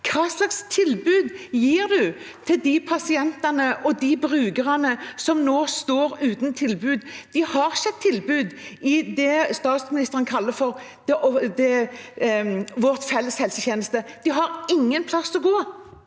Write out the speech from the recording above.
Hva slags tilbud gir man til de pasientene og brukerne som nå står uten tilbud? Vi har ikke et tilbud i det som statsministeren kaller for vår felles helsetjeneste. De har ingen plass å gå.